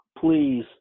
Please